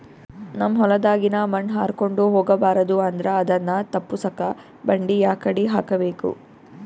ನಮ್ ಹೊಲದಾಗಿನ ಮಣ್ ಹಾರ್ಕೊಂಡು ಹೋಗಬಾರದು ಅಂದ್ರ ಅದನ್ನ ತಪ್ಪುಸಕ್ಕ ಬಂಡಿ ಯಾಕಡಿ ಹಾಕಬೇಕು?